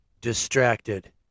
distracted